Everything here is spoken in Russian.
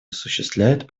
осуществляет